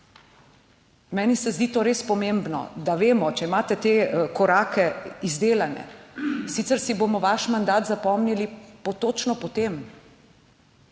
Meni se zdi to res pomembno, da vemo, če imate te korake izdelane. Sicer si bomo vaš mandat zapomnili točno po tem,